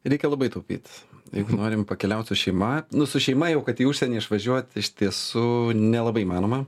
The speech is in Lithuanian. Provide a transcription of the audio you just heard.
reikia labai taupyt jeigu norim pakeliaut su šeima nu su šeima jau kad į užsienį išvažiuot iš tiesų nelabai įmanoma